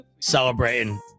celebrating